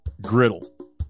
griddle